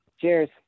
Cheers